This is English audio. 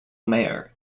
mayor